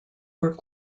were